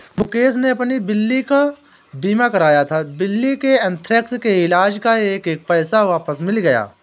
मुकेश ने अपनी बिल्ली का बीमा कराया था, बिल्ली के अन्थ्रेक्स के इलाज़ का एक एक पैसा वापस मिल गया